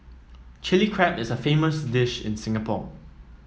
Chilli Crab is a famous dish in Singapore